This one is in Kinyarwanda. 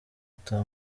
ata